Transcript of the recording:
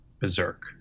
berserk